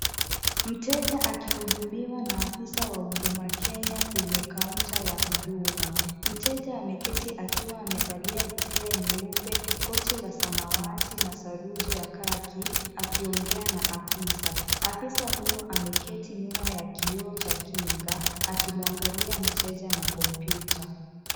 Mteja akihudumiwa na afisa wa Huduma Kenya kwenye kaunta ya huduma. Mteja ameketi akiwa amevalia kofia nyeupe, koti la samawati na saruji ya kaki akiongea na afisa. Afisa huyo ameketi nyuma ya kioo cha kinga akimwangalia mteja na kompyuta.